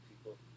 people